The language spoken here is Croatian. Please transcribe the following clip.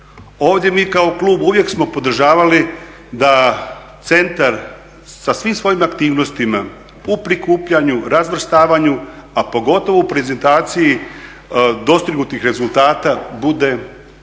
Ovdje mi kao klub uvijek smo podržavali da centar sa svim svojim aktivnostima u prikupljanju, razvrstavanju, a pogotovo u prezentaciji dostignutih rezultata bude